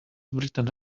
written